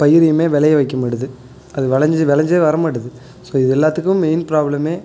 பயிரையுமே விளைய வைக்க மாட்டுது அது வளஞ்சி விளஞ்சே வர மாட்டுது ஸோ இது எல்லாத்துக்கும் மெயின் ப்ராப்ளமே